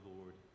Lord